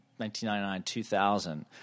1999-2000